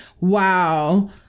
Wow